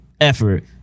effort